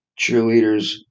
cheerleaders